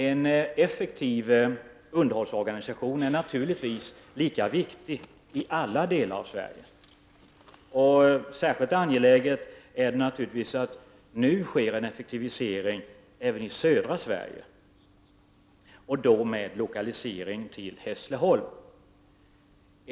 En effektiv underhållsorganisation är naturligtvis lika viktig i alla delar av Sverige. Särskilt angeläget är det naturligtvis att det nu sker en effektivisering även i södra Sverige, då med lokalisering till Hässleholm.